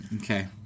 Okay